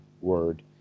word